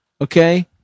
okay